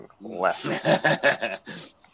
Left